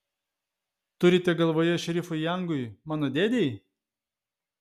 turite galvoje šerifui jangui mano dėdei